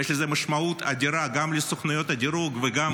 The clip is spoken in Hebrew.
ויש לזה משמעות אדירה גם לסוכנויות הדירוג וגם